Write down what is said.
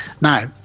now